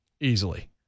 easily